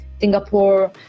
Singapore